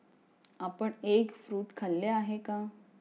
आपण egg fruit खाल्ले आहे का?